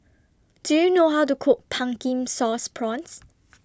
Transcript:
Do YOU know How to Cook Pumpkin Sauce Prawns